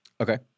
Okay